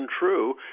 untrue